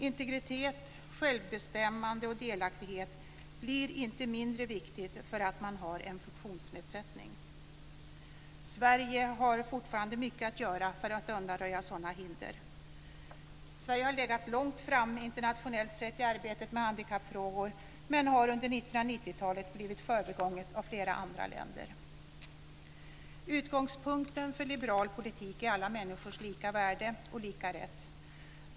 Integritet, självbestämmande och delaktighet blir inte mindre viktigt för att man råkar ha en funktionsnedsättning. Sverige har fortfarande mycket att göra för att undanröja sådana hinder. Sverige har legat långt framme internationellt sett i arbetet med handikappfrågor, men har under 1990-talet blivet förbigånget av flera andra länder. Utgångspunkten för en liberal politik är alla människors lika värde och lika rätt.